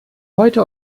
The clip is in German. heute